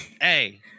Hey